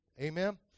Amen